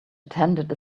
attended